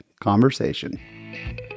conversation